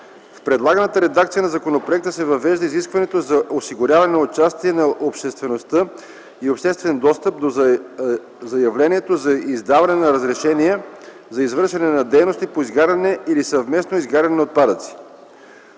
В предлаганата редакция на законопроекта се въвежда изискването за осигуряване на участие на обществеността и обществен достъп до заявлението за издаване на разрешение за извършване на дейности по изгаряне или съвместно изгаряне на отпадъци.